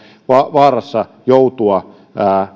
vaarassa joutua